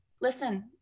listen